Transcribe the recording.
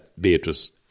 Beatrice